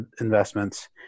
investments